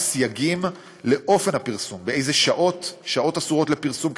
סייגים לאופן הפרסום: שעות אסורות לפרסום,